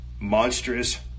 monstrous